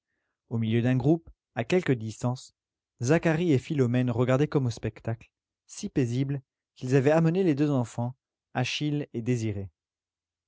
au milieu d'un groupe à quelque distance zacharie et philomène regardaient comme au spectacle si paisibles qu'ils avaient amené les deux enfants achille et désirée